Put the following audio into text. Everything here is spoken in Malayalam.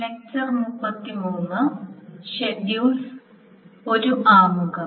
സ്വാഗതം